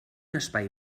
espai